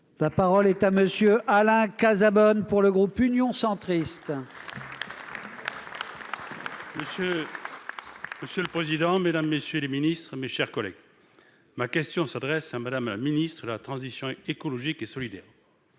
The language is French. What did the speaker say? La parole est à M. Alain Cazabonne, pour le groupe Union Centriste. Monsieur le président, mesdames, messieurs les ministres, mes chers collègues, ma question s'adresse à Mme la ministre de la transition écologique et solidaire.